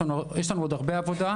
יש לנו עוד הרבה עבודה.